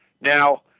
Now